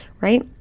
right